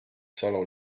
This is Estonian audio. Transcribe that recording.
salo